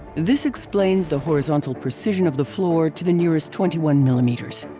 this explains the horizontal precision of the floor to the nearest twenty one millimeters.